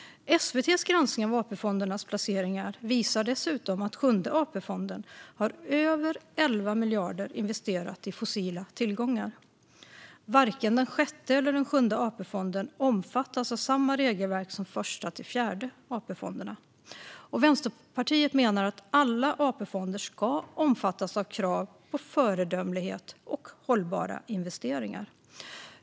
SVT:s granskning av AP-fondernas placeringar visar dessutom att Sjunde AP-fonden har över 11 miljarder investerade i fossila tillgångar. Varken Sjätte eller Sjunde AP-fonden omfattas av samma regelverk som Första-Fjärde AP-fonden. Vänsterpartiet menar att alla AP-fonder ska omfattas av krav på föredömlighet och hållbara investeringar.